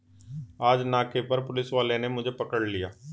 आज नाके पर पुलिस वाले ने मुझे पकड़ लिया